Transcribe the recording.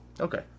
Okay